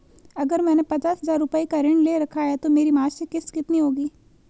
अगर मैंने पचास हज़ार रूपये का ऋण ले रखा है तो मेरी मासिक किश्त कितनी होगी?